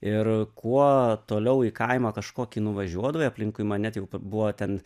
ir kuo toliau į kaimą kažkokį nuvažiuodavai aplinkui mane te buvo ten